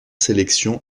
sélections